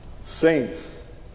Saints